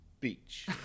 Beach